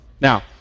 Now